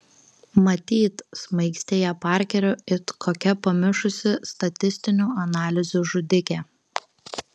matyt smaigstė ją parkeriu it kokia pamišusi statistinių analizių žudikė